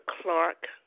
Clark